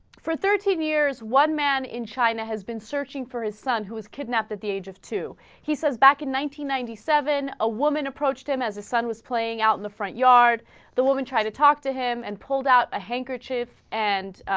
for thirteen years one man in china has been searching for a son who was kidnapped at the age of two he says back in nineteen ninety-seven a woman approached him as a son was playing out in the front yard the woman try to talk to him and pulled out the handkerchief and